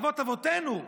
אבות אבותינו,